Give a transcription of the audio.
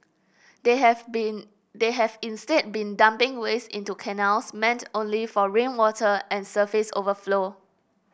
they have been they have instead been dumping waste into canals meant only for rainwater and surface overflow